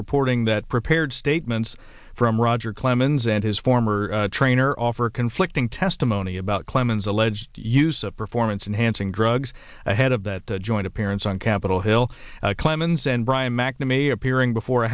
reporting that prepared statements from roger clemens and his former trainer offer conflicting testimony about clemens alleged use of performance enhancing drugs ahead of that joint appearance on capitol hill clemens and brian mcnamee appearing before